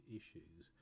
issues